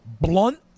blunt